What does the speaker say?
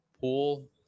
pool